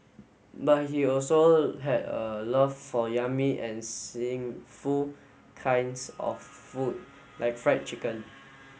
but he also had a love for yummy and sinful kinds of food like Fried Chicken